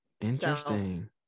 Interesting